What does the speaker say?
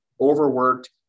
overworked